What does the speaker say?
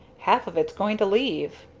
half of it's going to leave.